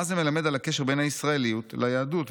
מה זה מלמד על הקשר בין הישראליות ליהדות,